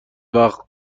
وقت